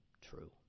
true